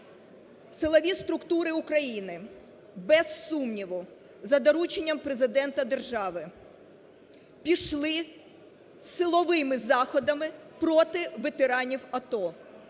Силові структури України, без сумніву, за дорученням Президента держави пішли силовими заходами проти ветеранів АТО,